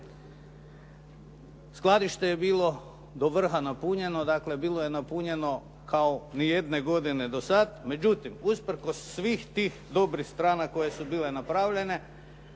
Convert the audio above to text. Skladište je bilo do vrha napunjeno, dakle bilo je napunjeno kao ni jedne godine do sad. Međutim, usprkos svih tih dobrih strana koje su bile napravljene,